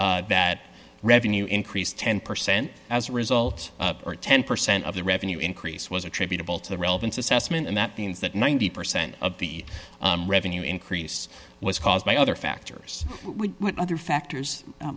statement that revenue increased ten percent as a result or ten percent of the revenue increase was attributable to the relevance assessment and that means that ninety percent of the revenue increase was caused by other factors other